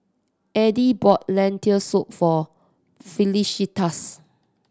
Addie bought Lentil Soup for Felicitas